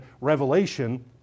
Revelation